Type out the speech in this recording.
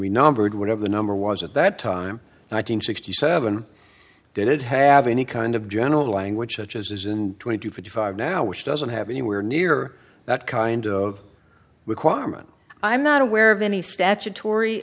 numbered whatever the number was at that time nine hundred sixty seven did it have any kind of general language such as is in twenty to fifty five now which doesn't have anywhere near that kind of requirement i'm not aware of any statutory